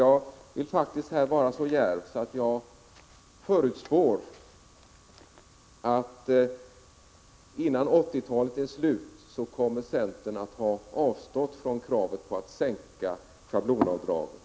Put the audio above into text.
Jag vill vara så djärv att jag förutspår att innan 1980-talet är slut kommer centern att ha avstått från kravet på att sänka schablonavdraget.